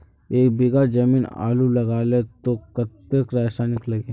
एक बीघा जमीन आलू लगाले तो कतेक रासायनिक लगे?